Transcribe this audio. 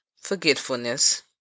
forgetfulness